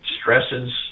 stresses